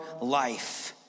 life